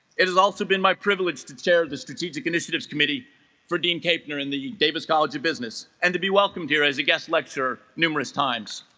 it has also been my privilege to chair the strategic initiatives committee for dean capener in the davis college of business and to be welcomed here as a guest lecturer numerous times